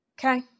okay